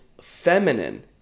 feminine